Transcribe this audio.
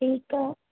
ठीकु आहे